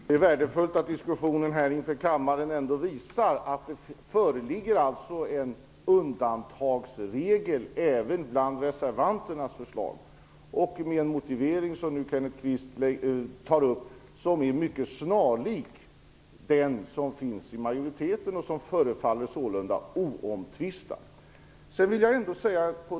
Herr talman! Det är värdefullt att diskussionen här i kammaren ändå visar att det föreligger en undantagsregel även i reservanternas förslag. Den motivering härför som Kenneth Kvist nu anför är snarlik majoritetens och förefaller sålunda vara oomtvistad.